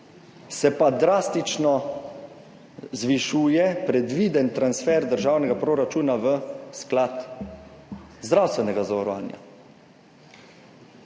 se pa drastično zvišuje predviden transfer državnega proračuna v sklad zdravstvenega zavarovanja.